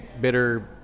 bitter